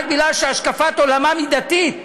רק בגלל שהשקפת עולמם היא דתית,